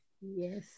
Yes